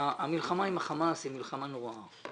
המלחמה עם החמאס היא מלחמה נוראה.